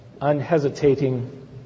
unhesitating